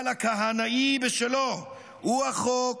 אבל הכהנאי בשלו: הוא החוק,